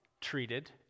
treated